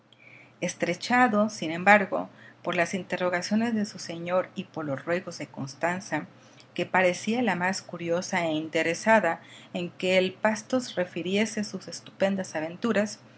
estrechado sin embargo por las interrogaciones de su señor y por los ruegos de constanza que parecía la más curiosa e interesada en que el pastos refiriese sus estupendas aventuras